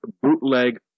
bootleg